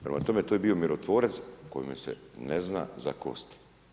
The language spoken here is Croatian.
Prema tome, to je bio mirotvorac, kojemu se ne zna za kosti.